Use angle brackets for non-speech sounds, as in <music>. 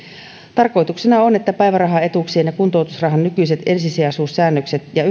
tarkoituksena on että päivärahaetuuksien ja kuntoutusrahan nykyiset ensisijaisuussäännökset ja <unintelligible>